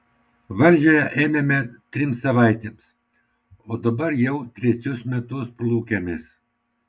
valdžią ėmėme trims savaitėms o dabar jau trečius metus plūkiamės